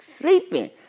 sleeping